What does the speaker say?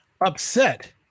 upset